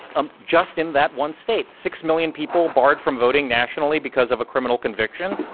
um just in that one state, six million people barred from voting nationally because of a criminal conviction.